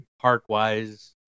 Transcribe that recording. park-wise